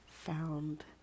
found